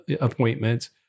appointments